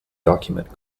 document